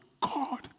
God